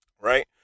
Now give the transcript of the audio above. right